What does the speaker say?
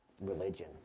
religion